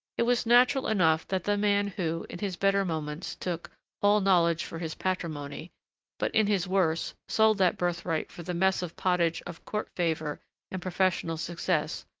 it was natural enough that the man who, in his better moments, took all knowledge for his patrimony but, in his worse, sold that birthright for the mess of pottage of court favor and professional success,